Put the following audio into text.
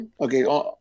Okay